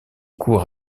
cours